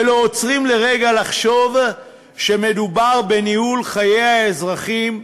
ולא עוצרים לרגע לחשוב שמדובר בניהול חיי האזרחים,